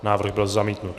Návrh byl zamítnut.